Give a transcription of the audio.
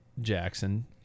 Jackson